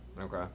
Okay